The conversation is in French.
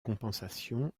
compensation